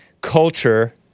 culture